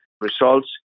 results